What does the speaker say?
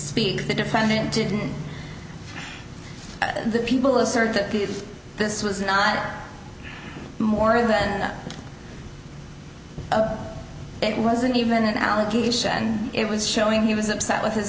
speak the defendant didn't the people assert that the if this was not more then it wasn't even an allegation it was showing he was upset with his